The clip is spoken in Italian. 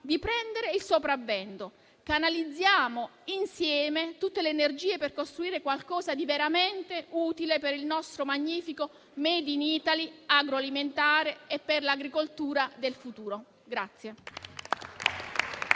di prendere il sopravvento. Canalizziamo insieme tutte le energie per costruire qualcosa di veramente utile per il nostro magnifico *made in Italy* agroalimentare e per l'agricoltura del futuro.